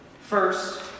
First